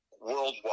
worldwide